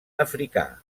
africà